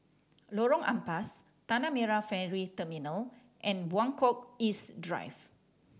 Lorong Ampas Tanah Merah Ferry Terminal and Buangkok East Drive